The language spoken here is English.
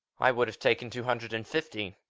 i would have taken two hundred and fifty.